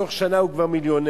בתוך שנה הוא כבר מיליונר.